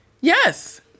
Yes